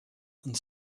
and